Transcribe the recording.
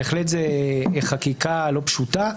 בהחלט זאת חקיקה לא פשוטה,